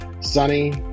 sunny